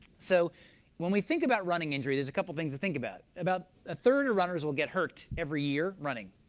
so when we think about running injuries, there's a couple things to think about. about a third of runners will get hurt every year running.